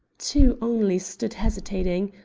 two only stood hesitating.